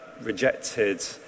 rejected